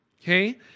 Okay